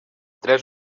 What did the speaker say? tres